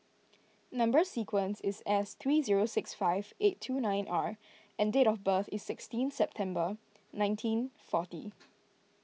Number Sequence is S three zero six five eight two nine R and date of birth is sixteen December nineteen forty